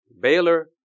Baylor